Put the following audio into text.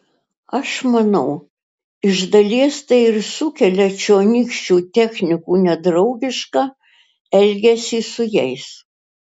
aš manau iš dalies tai ir sukelia čionykščių technikų nedraugišką elgesį su jais